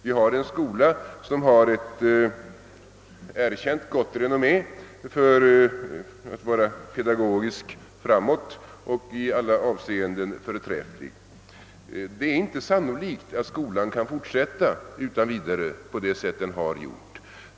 Vi har en skola med ett erkänt gott renommé som anses vara pedagogiskt framåt och i alla avseenden förträfflig. Det är inte sannolikt att skolan utan vidare kan fortsätta som hittills.